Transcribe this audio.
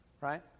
right